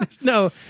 No